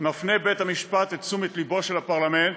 מפנה בית המשפט את תשומת ליבו של הפרלמנט,